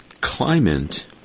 climate